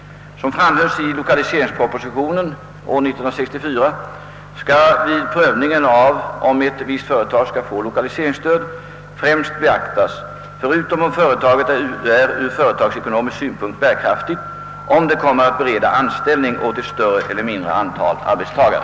Som framhölls i lokaliseringspropositionen år 1964 skall vid prövningen av om ett visst företag skall få lokaliseringsstöd främst beaktas, förutom om företaget är ur företagsekonomisk synpunkt bärkraftigt, om det kommer att bereda anställning åt ett större eller mindre antal arbetstagare.